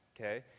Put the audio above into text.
okay